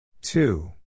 Two